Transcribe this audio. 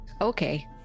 Okay